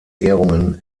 ehrungen